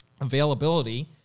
availability